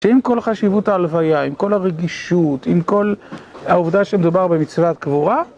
שעם כל חשיבות ההלוויה, עם כל הרגישות, עם כל העובדה שמדובר במצוות קבורה,